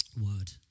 word